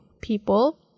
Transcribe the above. people